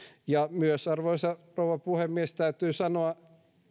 ja myös arvoisa rouva puhemies täytyy sanoa